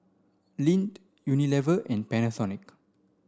Lindt Unilever and Panasonic